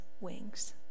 wings